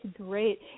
great